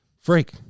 freak